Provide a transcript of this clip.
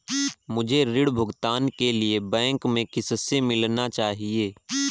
मुझे ऋण भुगतान के लिए बैंक में किससे मिलना चाहिए?